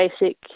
basic